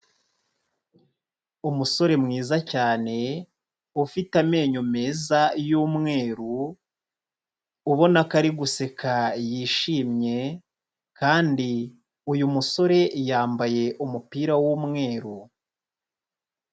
Umusore mwiza cyane ufite amenyo meza y'umweru, ubona ko ari guseka, yishimye kandi uyu musore yambaye umupira w'umweru.